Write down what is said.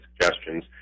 suggestions